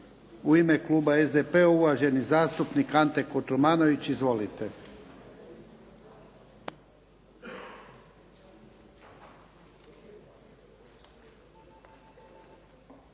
U ime kluba SDP-a uvaženi zastupnik Ante Kotromanović. Izvolite.